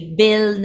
bill